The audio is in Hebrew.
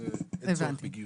אז אין צורך בגיוסים.